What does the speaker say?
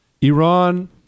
Iran